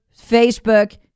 Facebook